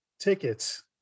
tickets